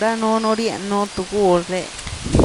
Danuunu rien nú tugul re,